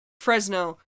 fresno